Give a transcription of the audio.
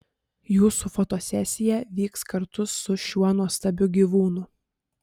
jūsų fotosesija vyks kartu su šiuo nuostabiu gyvūnu